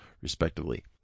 respectively